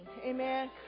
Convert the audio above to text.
Amen